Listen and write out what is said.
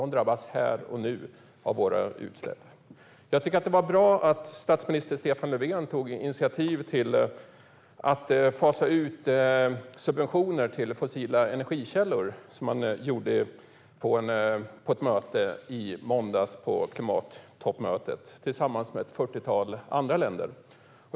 De drabbas här och nu av våra utsläpp. Jag tycker att det var bra att statsminister Stefan Löfven tog initiativ till att fasa ut subventioner till fossila energikällor, som han gjorde på ett möte i måndags på klimattoppmötet tillsammans med ett fyrtiotal andra länder.